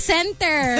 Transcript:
Center